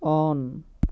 on